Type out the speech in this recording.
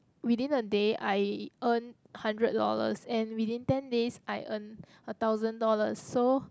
within a day I earn hundred dollars and within ten days I earn a thousand dollars so